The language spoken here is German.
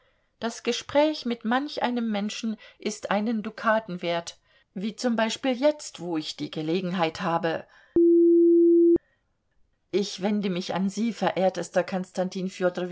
das gespräch mit manch einem menschen ist einen dukaten wert wie zum beispiel jetzt wo ich die gelegenheit habe ich wende mich an sie verehrtester konstantin